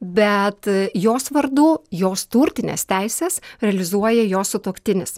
bet jos vardu jos turtines teises realizuoja jos sutuoktinis